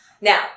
Now